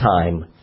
time